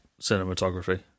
cinematography